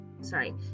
sorry